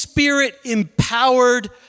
Spirit-empowered